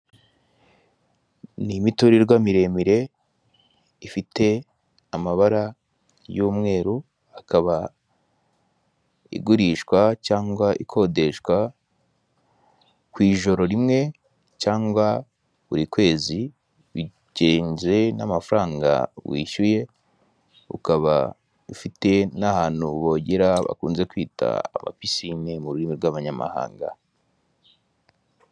Ni imiturirwa miremire ifite amabara y'umweru akaba igurishwa cyangwa ikodeshwa ku ijoro rimwe cyangwa buri kwezi bigenze n'amafaranga wishyuye ukaba ufite n'ahantu bogera bakunze kwita pisine mu rurimi rw'abanyamahanga.